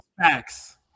facts